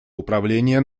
управления